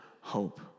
hope